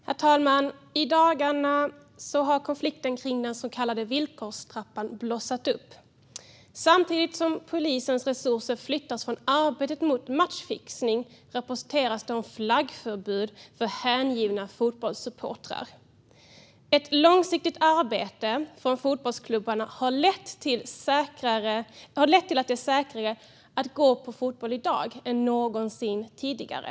Herr talman! I dagarna har konflikten om den så kallade villkorstrappan blossat upp. Samtidigt som polisens resurser flyttas från arbetet mot matchfixning rapporteras det om flaggförbud för hängivna fotbollssupportrar. Ett långsiktigt arbete från fotbollsklubbarna har lett till att det är säkrare att gå på fotboll i dag än någonsin tidigare.